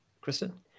Kristen